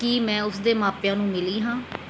ਕੀ ਮੈਂ ਉਸ ਦੇ ਮਾਪਿਆਂ ਨੂੰ ਮਿਲੀ ਹਾਂ